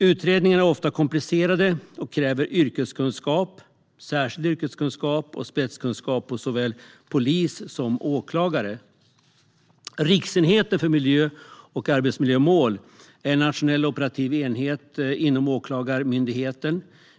Utredningarna är ofta komplicerade och kräver särskild yrkeskunskap och spetskompetens hos såväl polis som åklagare. Riksenheten för miljö och arbetsmiljömål är en nationell operativ enhet inom Åklagarmyndigheten.